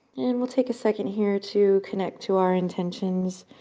and we'll take a second here to connect to our intentions.